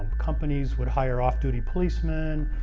companies would hire off duty policeman.